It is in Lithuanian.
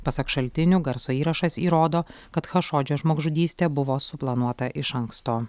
pasak šaltinių garso įrašas įrodo kad chašodžio žmogžudystė buvo suplanuota iš anksto